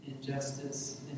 injustice